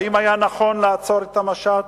האם היה נכון לעצור את המשט,